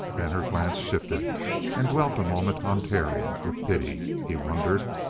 then her glance shifted and dwelt a moment on terry with pity, he wondered?